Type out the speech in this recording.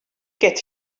get